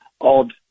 odd